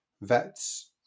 vets